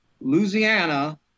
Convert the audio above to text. Louisiana